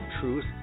Truth